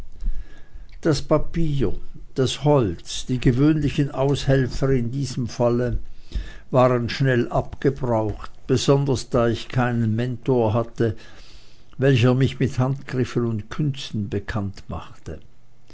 das papier das holz die gewöhnlichen aushelfer in diesem falle waren schnell abgebraucht besonders da ich keinen mentor hatte welcher mich mit handgriffen und künsten bekannt machte